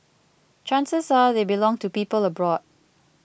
chances are they belong to people abroad